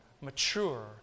mature